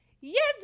Yes